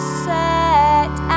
set